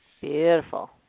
Beautiful